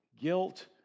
guilt